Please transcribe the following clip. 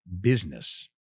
business